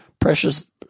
precious